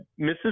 Mrs